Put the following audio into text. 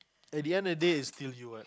at the end of the day it's still you what